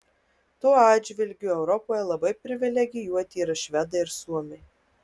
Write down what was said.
tuo atžvilgiu europoje labai privilegijuoti yra švedai ir suomiai